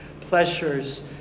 pleasures